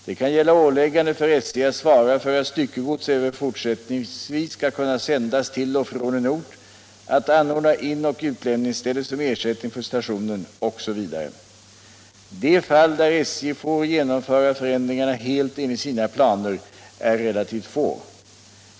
Det kan gälla åläggande för SJ att svara för att styckegods även fortsättningsvis skall kunna sändas till och från en ort, att anordna inoch utlämningsställe som ersättning för stationen osv. De fall där SJ får genomföra förändringarna helt enligt sina planer är relativt få.